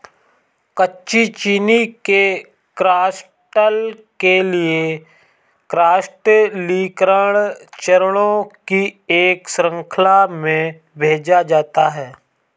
कच्ची चीनी के क्रिस्टल के लिए क्रिस्टलीकरण चरणों की एक श्रृंखला में भेजा जाता है